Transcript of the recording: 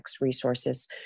Resources